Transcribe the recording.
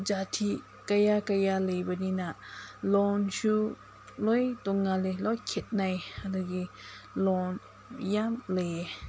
ꯖꯥꯇꯤ ꯀꯌꯥ ꯀꯌꯥ ꯂꯩꯕꯅꯤꯅ ꯂꯣꯟꯁꯨ ꯂꯣꯏ ꯇꯣꯡꯉꯥꯜꯂꯦ ꯂꯣꯏ ꯈꯦꯠꯅꯩ ꯑꯗꯨꯒꯤ ꯂꯣꯟ ꯌꯥꯝ ꯂꯩꯌꯦ